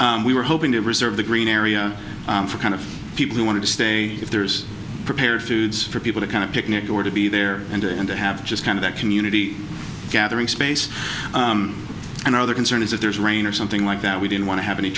park we were hoping to reserve the green area for kind of people who want to stay if there's prepared foods for people to kind of picnic or to be there and to and to have just kind of that community gathering space and other concern is if there's rain or something like that we don't want to have any